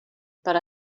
per